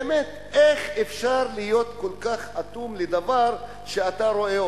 באמת, איך אפשר להיות כל כך אטום לדבר שאתה רואה?